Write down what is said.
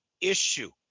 issue